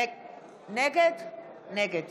נגד